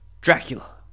Dracula